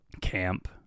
camp